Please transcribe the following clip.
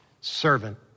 servant